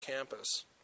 campus